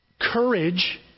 courage